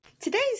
Today's